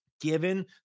given